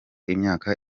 imyaka